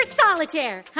solitaire